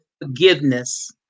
forgiveness